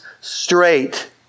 straight